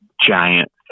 giant